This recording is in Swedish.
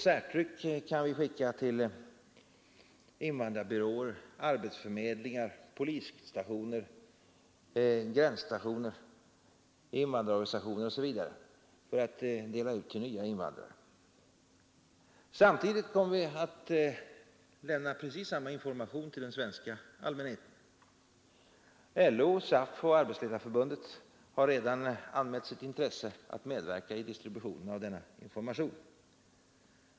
Särtryck kan vi skicka till invandrarbyråer, arbetsförmedlingar, polisstationer, gränsstationer, invandrarorganisationer osv. för att delas ut till nya invandrare. Samtidigt kommer vi att lämna precis samma information till den svenska allmänheten. LO, SAF och Arbetsledareförbundet har redan anmält sitt intresse att medverka i distributionen av denna information.